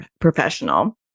professional